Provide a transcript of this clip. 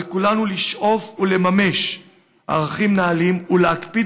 על כולנו לשאוף ולממש ערכים נעלים ולהקפיד